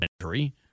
entry